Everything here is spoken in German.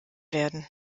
werden